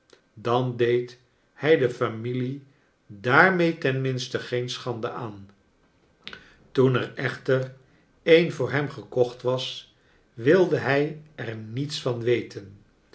dan deed hij de familie daarmee tenminste geen schande aan toen er e chter een voor hem jekocht was wilde hij er niets van weten